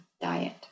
diet